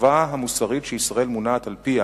החובה המוסרית שישראל מוּנעת על-פיה